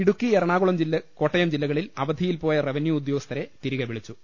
ഇടുക്കി എറണാകുളം കോട്ടയം ജില്ലകളിൽ അവധി യിൽപോയ റവന്യു ഉദ്യോഗസ്ഥരെ തിരികെ വിളിച്ചു